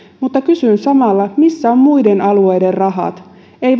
mutta kysyn samalla missä ovat muiden alueiden rahat ei